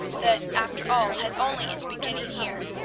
that after all has only its beginning here,